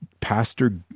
pastor